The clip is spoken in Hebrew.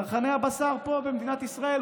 צרכני הבשר פה, במדינת ישראל.